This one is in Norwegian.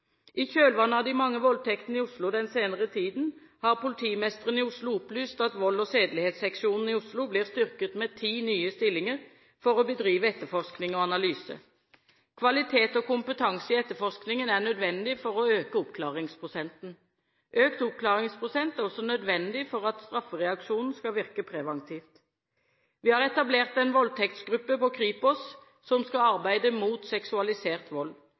I kjølvannet av de mange voldtektene i Oslo den senere tiden har politimesteren i Oslo opplyst at volds- og sedelighetsseksjonen i Oslo blir styrket med ti nye stillinger, for å bedrive etterforskning og analyse. Kvalitet og kompetanse i etterforskningen er nødvendig for å øke oppklaringsprosenten. Økt oppklaringsprosent er også nødvendig for at straffereaksjonen skal virke preventivt. Vi har etablert en voldtektsgruppe i Kripos som skal arbeide mot seksualisert vold.